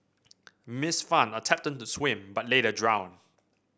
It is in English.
Miss Fan attempted to swim but later drowned